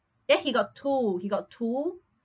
eh he got two he got two